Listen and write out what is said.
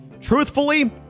truthfully